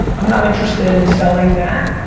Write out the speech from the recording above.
i'm not interested in selling that.